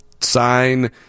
Sign